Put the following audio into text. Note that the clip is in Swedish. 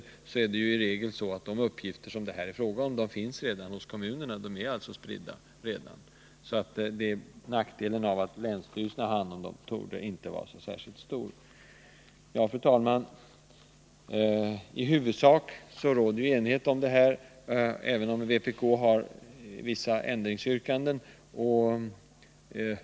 I regel är det väl så, att de uppgifter som det här är fråga om redan finns hos kommunerna. De är alltså redan spridda. Nackdelen av att länsstyrelserna har hand om uppgifterna torde inte vara särskilt stor. Fru talman! I huvudsak råder enighet om förslaget, även om vpk har vissa ändringsyrkanden.